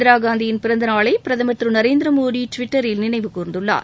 இந்திரா காந்தியின் பிறந்த நாளை பிரதமர் திரு நரேந்திமோடி டுவிட்டரில் நினைவு கூர்ந்துள்ளார்